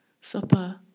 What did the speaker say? supper